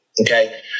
Okay